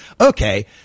okay